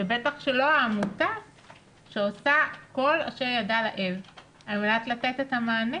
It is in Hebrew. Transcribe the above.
ובטח שלא העמותה שעושה כל אשר לאל ידה על מנת לתת את המענה.